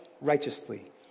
righteously